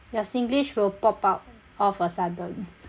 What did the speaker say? your singlish will pop out all of a sudden